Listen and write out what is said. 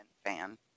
fan